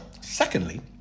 Secondly